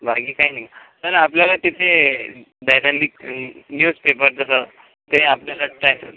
बाकी काय नाही सर आपल्याला तिथे दैनंदिक न्यूजपेपर जसं ते आपल्याला टॅ